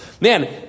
man